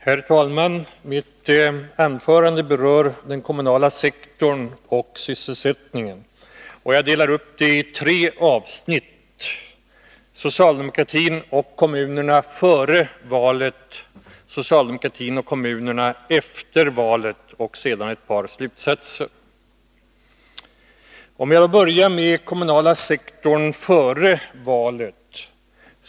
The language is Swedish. Herr talman! Mitt anförande berör den kommunala sektorn och sysselsättningen, och jag delar upp det i tre avsnitt: socialdemokratin och kommunerna före valet, socialdemokratin och kommunerna efter valet och sedan ett par slutsatser. Jag börjar med den kommunala sektorn före valet.